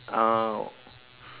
uh